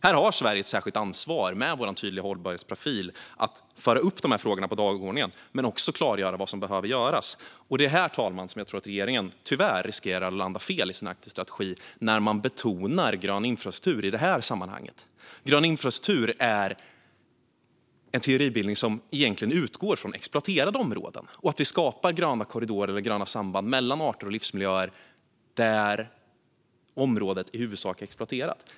Här har vi i Sverige ett särskilt ansvar med vår tydliga hållbarhetsprofil att föra upp dessa frågor på dagordningen och också klargöra vad som behöver göras. Här tror jag tyvärr att regeringen riskerar att landa fel i sin Arktisstrategi. Man betonar nämligen grön infrastruktur i det här sammanhanget. Grön infrastruktur är en teoribildning som egentligen utgår från exploaterade områden och handlar om att vi skapar gröna korridorer eller gröna samband mellan arter och livsmiljöer i områden som i huvudsak är exploaterade.